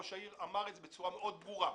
ראש העירייה אמר את זה בצורה ברורה מאוד.